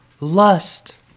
lust